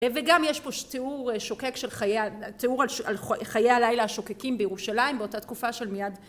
וגם יש פה תיאור שוקק, תיאור על חיי הלילה השוקקים בירושלים באותה תקופה של מיד